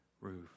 roof